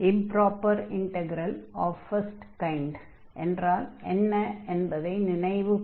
improper integral of first kind என்றால் என்ன என்பதை நினைவுகூர்வோம்